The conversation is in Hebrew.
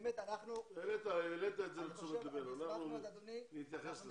העלית את זה לתשומת ליבנו, אנחנו נתייחס לזה.